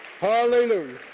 Hallelujah